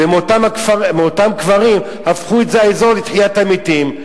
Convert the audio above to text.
ומאותם קברים הפכו את האזור לתחיית המתים,